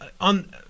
on